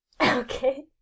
Okay